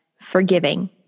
forgiving